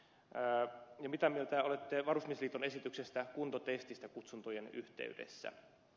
ja mitä mieltä olette varusmiesliiton esityksestä kuntotestistä kutsuntojen yhteydessä